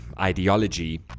ideology